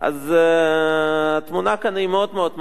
אז התמונה כאן היא מאוד מאוד מעניינית.